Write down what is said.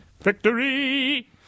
Victory